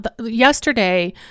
yesterday